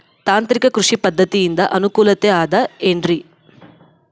ತಾಂತ್ರಿಕ ಕೃಷಿ ಪದ್ಧತಿಯಿಂದ ಅನುಕೂಲತೆ ಅದ ಏನ್ರಿ?